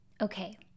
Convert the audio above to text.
Okay